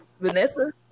Vanessa